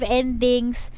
endings